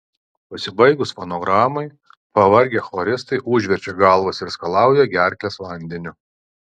pasibaigus fonogramai pavargę choristai užverčia galvas ir skalauja gerkles vandeniu